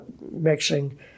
mixing